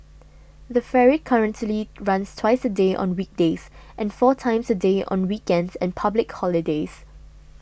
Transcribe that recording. the ferry currently runs twice a day on weekdays and four times a day on weekends and public holidays